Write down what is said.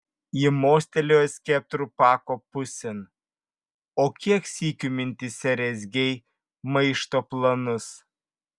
ji mostelėjo skeptru pako pusėn o kiek sykių mintyse rezgei maišto planus